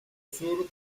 sur